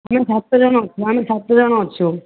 ଆମେ ସାତଜଣ ଅଛୁ ଆମେ ସାତଜଣ ଅଛୁ